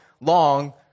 long